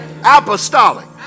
apostolic